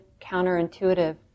counterintuitive